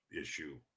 issue